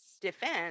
defense